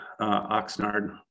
Oxnard